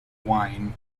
wine